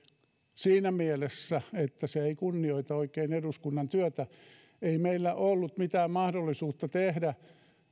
siinä mielessä että se ei kunnioita oikein eduskunnan työtä ei meillä ollut mitään mahdollisuutta tehdä